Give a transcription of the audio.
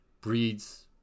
breeds